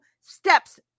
steps